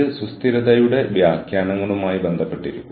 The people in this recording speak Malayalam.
സേവന ദാതാവ് പോയി ആ പ്രശ്നം പരിഹരിക്കുന്നു